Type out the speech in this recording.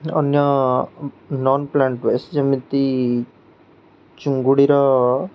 ଅନ୍ୟ non plant waste ଯେମିତି ଚୁଙ୍ଗୁଡ଼ିର